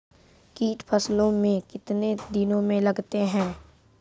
कीट फसलों मे कितने दिनों मे लगते हैं?